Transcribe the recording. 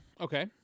Okay